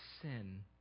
sin